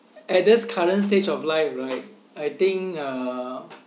at this current stage of life right I think uh